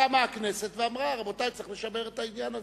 קמה הכנסת ואמרה: רבותי, צריך לשמר את הבניין הזה,